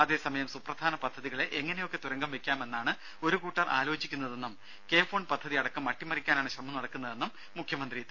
അതേസമയം സുപ്രധാന പദ്ധതികളെ എങ്ങനെയൊക്കെ തുരങ്കം വെക്കാമെന്നാണ് ഒരു കൂട്ടർ ആലോചിക്കുന്നതെന്നും കെ ഫോൺ പദ്ധതി അടക്കം അട്ടിമറിക്കാനാണ് ശ്രമം നടക്കുന്നതെന്നും മുഖ്യമന്ത്രി കുറ്റപ്പെടുത്തി